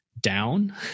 down